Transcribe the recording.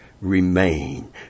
remain